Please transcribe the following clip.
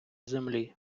землі